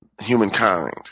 humankind